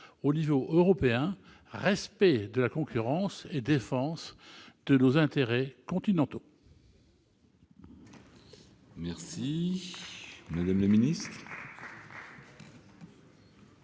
au niveau européen, respect de la concurrence et défense de nos intérêts continentaux ? La parole est